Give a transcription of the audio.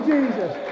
Jesus